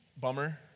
Bummer